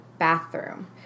Bathroom